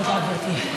תודה, גברתי.